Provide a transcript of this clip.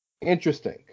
Interesting